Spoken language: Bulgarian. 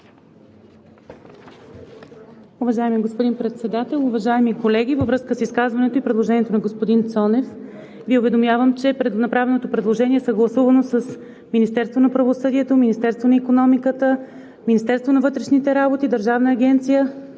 Уважаеми господин Председател, уважаеми колеги! Във връзка с изказването и предложението на господин Цонев Ви уведомявам, че направеното предложение е съгласувано с Министерството на правосъдието, Министерството на икономиката, Министерството на вътрешните работи и Държавна агенция